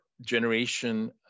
generation